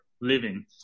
living